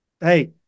hey